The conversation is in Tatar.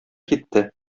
китте